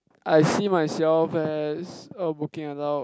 I see myself as a working adult